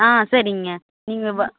ஆ சரிங்க நீங்கள்